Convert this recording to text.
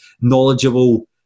knowledgeable